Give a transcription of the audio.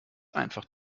einfach